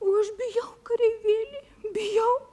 o aš bijau kareivėli bijau